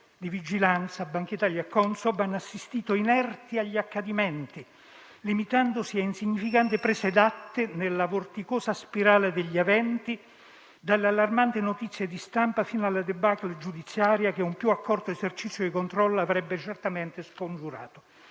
di vigilanza - Bankitalia e Consob - hanno assistito inerti agli accadimenti, limitandosi a insignificanti prese d'atto nella vorticosa spirale degli eventi, dalle allarmanti notizie di stampa fino alla *debacle* giudiziaria che un più accorto esercizio di controllo avrebbe certamente scongiurato.